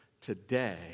today